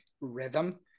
rhythm